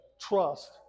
trust